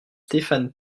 stéphane